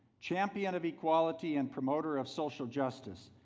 champion of equality and promoter of social justice,